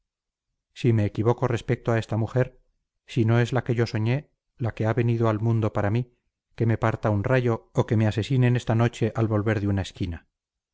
si me equivoco respecto a esta mujer si no es la que yo soñé la que ha venido al mundo para mí que me parta un rayo o que me asesinen esta noche al volver de una esquina